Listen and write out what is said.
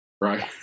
right